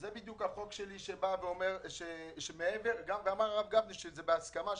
זה בדיוק החוק שלי שבא ואומר שמעבר גם אמר הרב גפני שזה בהסכמה,